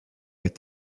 est